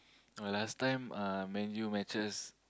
oh last time uh Man-U matches